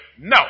No